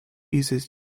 uses